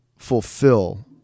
fulfill